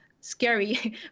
scary